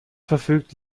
verfügt